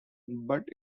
but